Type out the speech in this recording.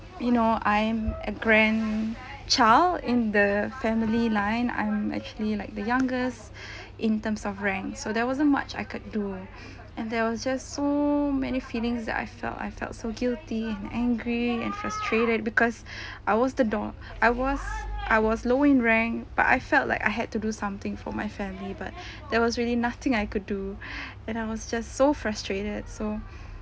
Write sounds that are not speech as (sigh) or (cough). you know I'm a grandchild in the family line I'm actually like the youngest (breath) in terms of rank so there wasn't much I could do (breath) and there was just so many feelings that I felt I felt so guilty and angry and frustrated because (breath) I was the door I was I was low in rank but I felt like I had to do something for my family but (breath) there was really nothing I could do (breath) then I was just so frustrated so